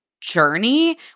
journey